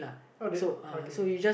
oh their okay okay